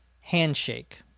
handshake